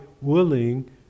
willing